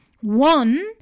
one